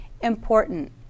important